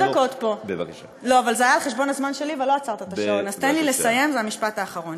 שדווקא גורמים שהיו אמורים